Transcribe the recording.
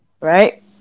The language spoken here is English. Right